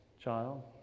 child